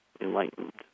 enlightened